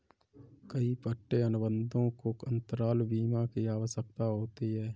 कई पट्टे अनुबंधों को अंतराल बीमा की आवश्यकता होती है